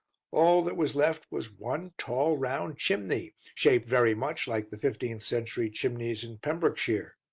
all that was left was one tall round chimney, shaped very much like the fifteenth-century chimneys in pembrokeshire.